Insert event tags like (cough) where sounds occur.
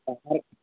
(unintelligible)